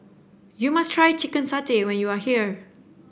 you must try Chicken Satay when you are here